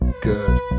Good